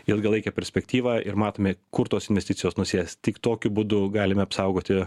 ilgalaikę perspektyvą ir matome kur tos investicijos nusės tik tokiu būdu galime apsaugoti